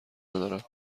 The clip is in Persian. ندارم